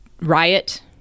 riot